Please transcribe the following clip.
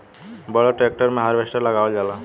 बड़ ट्रेक्टर मे हार्वेस्टर लगावल जाला